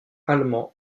allemands